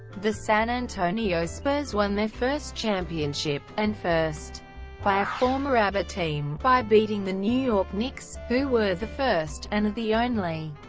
the san antonio spurs won their first championship, and first by a former aba team, by beating the new york knicks, who were the first, and are the only,